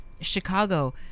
Chicago